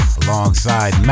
alongside